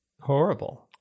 horrible